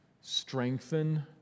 strengthen